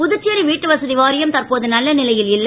புதுச்சேரி வீட்டுவசதி வாரியம் தற்போது நல்ல நிலையில் இல்லை